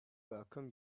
welcome